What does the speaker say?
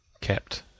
kept